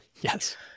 Yes